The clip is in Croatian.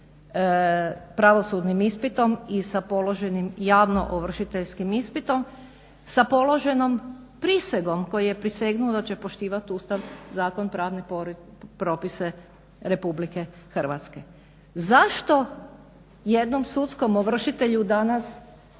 pravosudnim ispitom i sa položenim javno ovršiteljskim ispitom, sa položenom prisegom koju je prisegnuo da će poštivati Ustav, Zakon, pravni poredak, propise Republike Hrvatske. Zašto jednom sudskom ovršitelju danas